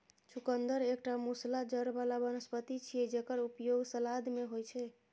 चुकंदर एकटा मूसला जड़ बला वनस्पति छियै, जेकर उपयोग सलाद मे होइ छै